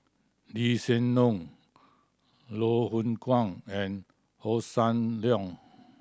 Lee Hsien Loong Loh Hoong Kwan and Hossan Leong